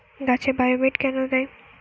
গাছে বায়োমেট কেন দেয়?